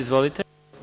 Izvolite.